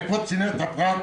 איפה צנעת הפרט?